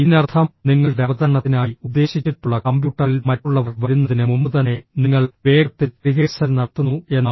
ഇതിനർത്ഥം നിങ്ങളുടെ അവതരണത്തിനായി ഉദ്ദേശിച്ചിട്ടുള്ള കമ്പ്യൂട്ടറിൽ മറ്റുള്ളവർ വരുന്നതിന് മുമ്പുതന്നെ നിങ്ങൾ വേഗത്തിൽ റിഹേഴ്സൽ നടത്തുന്നു എന്നാണ്